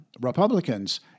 Republicans